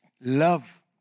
love